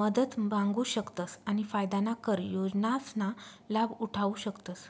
मदत मांगू शकतस आणि फायदाना कर योजनासना लाभ उठावु शकतस